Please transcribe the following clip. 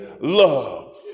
love